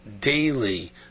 daily